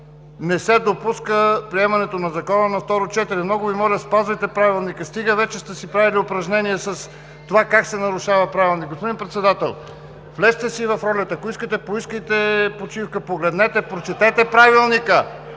не се допуска приемането на Закона на второ четене. Много Ви моля, спазвайте Правилника! Стига вече сте си правили упражнения с това как се нарушава Правилникът! Господин Председател, влезте си в ролята! Ако искате, поискайте почивка. Погледнете, прочетете Правилника!